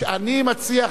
אני מציע,